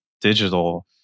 digital